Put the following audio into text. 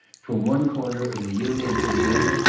from one corner of the union to the other,